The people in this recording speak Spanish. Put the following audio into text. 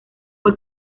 fue